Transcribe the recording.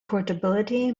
portability